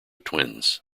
twins